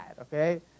okay